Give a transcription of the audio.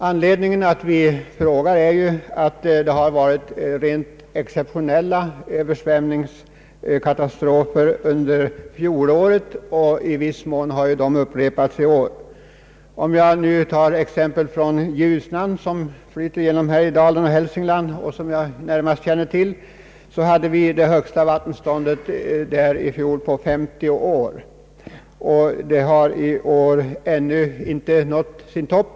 Anledningen till min fråga är att det har varit rent exceptionella översvämningskatastrofer under fjolåret, och i viss mån har de återupprepats i år. I Ljusnan, som flyter genom Härjedalen och Hälsingland och som jag närmast känner till, hade vi i fjol det högsta vattenståndet på 50 år. I år har vattenståndet ännu inte nått sin höjdpunkt.